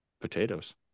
Potatoes